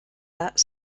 that